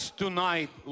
tonight